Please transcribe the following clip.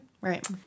Right